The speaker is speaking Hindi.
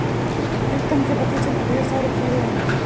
प्रीतम के बगीचे में ढेर सारे खीरे हैं